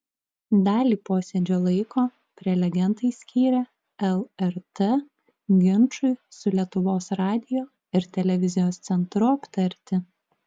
dalį posėdžio laiko prelegentai skyrė lrt ginčui su lietuvos radijo ir televizijos centru aptarti